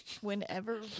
Whenever